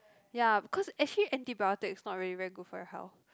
ya because actually antibiotics not really very good for your health